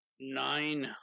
Nine